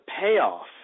payoff